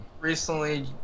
recently